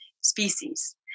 species